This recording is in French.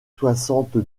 soixante